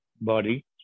body